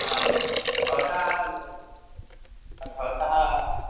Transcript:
आं भवतः भवतः